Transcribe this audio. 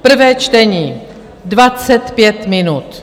Prvé čtení 25 minut.